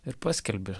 ir paskelbi